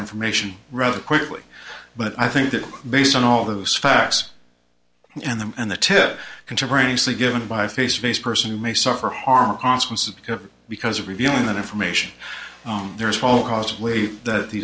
information rather quickly but i think that based on all those facts and them and the ten contemporaneously given by face to face person who may suffer harm consequences because of revealing that information there